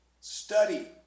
study